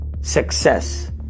Success